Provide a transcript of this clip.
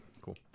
cool